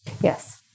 yes